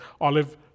Olive